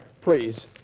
please